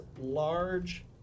large